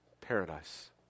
paradise